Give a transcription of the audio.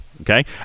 okay